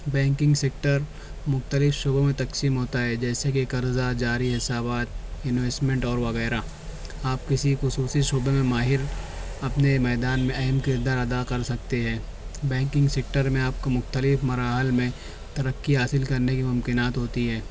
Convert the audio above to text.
baking sector مختلف شعبوں میں تقسیم ہوتا ہے جیسے کہ قرضہ جاری حسابات انویسمینٹ اور وغیرہ آپ کسی خصوصی شعبے میں ماہر اپنے میدان میں اہم کردار ادا کر سکتے ہیں بیکنگ سیکٹر میں آپ کو مختلف مراحل میں ترقی حاصل کرنے کی ممکنات ہوتی ہے